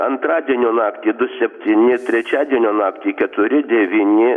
antradienio naktį du septyni trečiadienio naktį keturi devyni